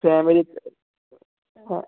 family ആ